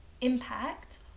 impact